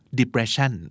depression